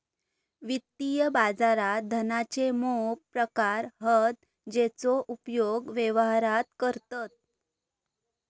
वित्तीय बाजारात धनाचे मोप प्रकार हत जेचो उपयोग व्यवहारात करतत